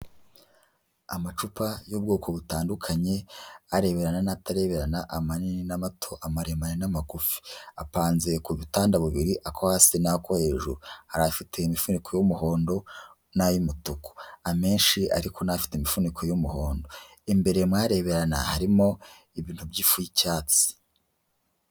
Amacupa y'ubwoko butandukanye, areberana n'atareberana, amanini n'amato, amaremare n'amagurufi, apanze ku butanda bibiri, ako hasi n'ako hejuru, hari afite imifuniko y'umuhondo n'ay'umutuku, amenshi ariko ni afite imifuniko y'umuhondo, imbere mw'areberana harimo ibintu by'ifu y'icyatsi.